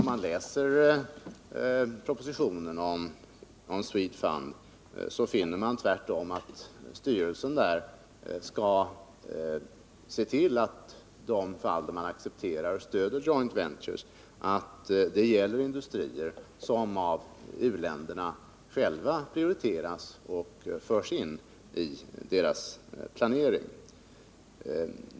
Om man läser i propositionen om SWEDFUND finner man tvärtom att styrelsen där skall se till att man accepterar och stödjer s.k. joint 'ventures i de fall då det gäller industrier som av u-länderna själva prioriteras och förs in i deras planering.